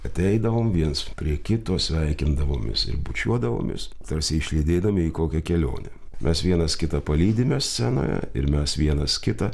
ateidavom viens prie kito sveikindavomės ir bučiuodavomės tarsi išlydėdami į kokią kelionę mes vienas kitą palydime scenoje ir mes vienas kitą